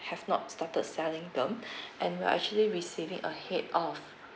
have not started selling them and we are actually receiving ahead of